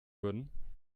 würden